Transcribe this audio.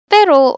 Pero